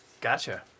Gotcha